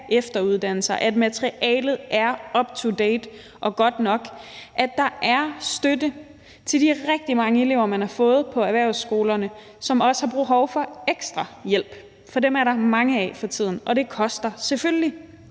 efteruddanne sig, at materialet er up to date og godt nok, at der er støtte til de rigtig mange elever, man har fået på erhvervsskolerne, som også har behov for ekstra hjælp, for dem er der mange af for tiden, og det koster selvfølgelig.